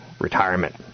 retirement